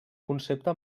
concepte